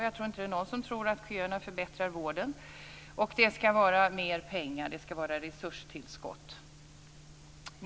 Jag tror inte att det är någon som tror att köerna förbättrar vården. Det skall också vara mer pengar, det skall vara resurstillskott.